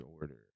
order